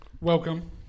welcome